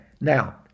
Now